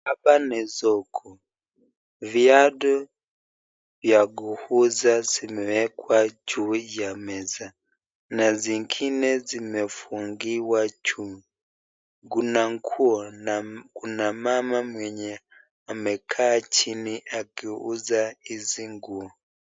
Hapa ni soko viatu za kuuza zimewekwa juu ya meza na zingine zimefungiwa juu kuna nguo na kuna mama mwenye amekaa chini akiuza hizi nguo.